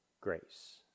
grace